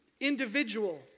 individual